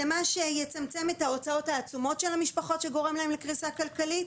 זה מה שיצמצם את ההוצאות העצומות של המשפחות שגורמות להן לקריסה כלכלית.